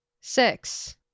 Six